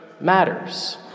Matters